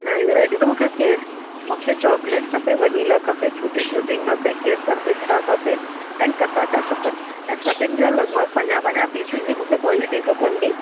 घणेई वैरायटी त मूंखे च मूंखे चॉकलेट खपे वनीला खपे टूटी फ़्रूटी खपे केसर पिस्ता खपे एंड कसाटा खपेनि ऐं सभिनि जा लॻभॻि पंजाह पंजाह पीसनि जी मूंखे कॉंटिटी खपंदी